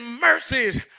mercies